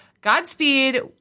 Godspeed